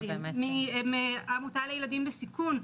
מהעמותה לילדים בסיכון,